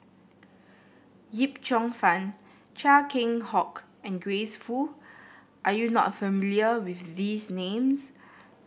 Yip Cheong Fun Chia Keng Hock and Grace Fu are you not familiar with these names